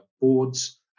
boards